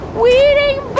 weeding